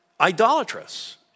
idolatrous